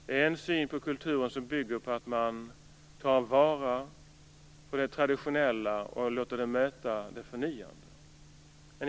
Det är en syn på kulturen som bygger på att man tar till vara det traditionella och låter det möta det förnyade.